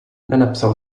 nenapsal